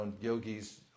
yogis